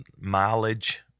mileage